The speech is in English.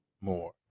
more